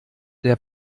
der